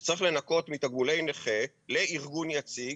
שצריך לנכות מתגמולי נכה לארגון יציג,